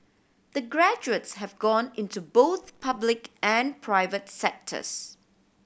the graduates have gone into both public and private sectors